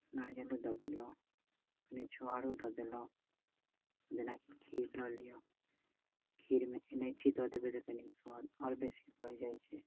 नारियल दऽ देलहुँ कनि छुहाड़ो दऽ देलहुँ जेनाकि खीर लऽ लिअ खीरमे इलाइची दऽ देबै तऽ कनि आओर स्वाद बढ़ि जाइ छै